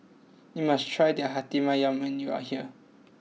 you must try the Hati Ayam when you are here